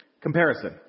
Comparison